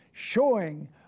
showing